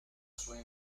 sua